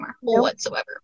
whatsoever